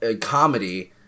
comedy